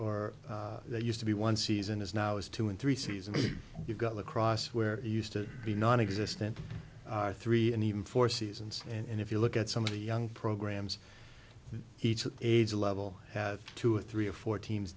or that used to be one season is now is two and three seasons you've got lacrosse where it used to be nonexistent three and even four seasons and if you look at some of the young programs each age level have two or three or four teams